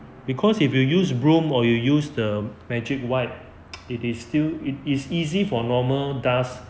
because if you use broom or you use the magic wipe it is still it is easy for normal dust